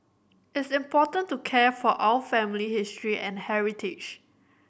it's important to care for our family history and heritage